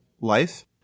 life